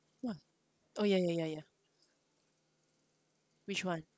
what oh ya ya ya ya which one